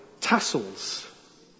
tassels